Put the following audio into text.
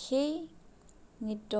সেই নৃত্য